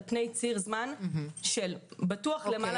פני ציר זמן של בטוח למעלה משנה וחצי.